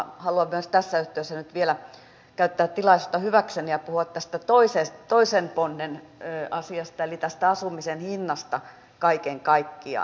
haluan myös tässä yhteydessä nyt vielä käyttää tilaisuutta hyväkseni ja puhua tästä toisen ponnen asiasta eli tästä asumisen hinnasta kaiken kaikkiaan